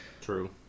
True